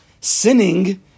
sinning